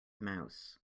mouse